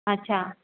अच्छा